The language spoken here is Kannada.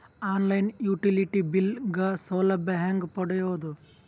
ಆನ್ ಲೈನ್ ಯುಟಿಲಿಟಿ ಬಿಲ್ ಗ ಸೌಲಭ್ಯ ಹೇಂಗ ಪಡೆಯೋದು?